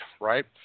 right